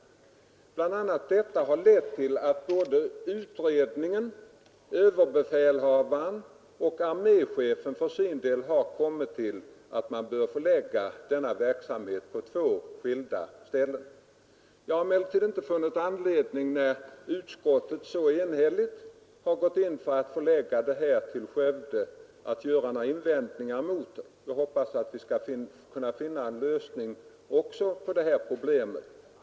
Det är bl.a. detta skäl som har lett till att både utredningen, överbefälhavaren och arméchefen har kommit fram till att man bör förlägga verksamheten till två skilda ställen. När utskottet så enhälligt har gått in för att förlägga verksamheten till Skövde har jag emellertid inte funnit anledning att göra några invändningar. Jag hoppas att vi skall finna en lösning också på detta problem.